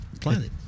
planet